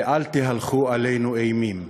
ואל תהלכו עלינו אימים.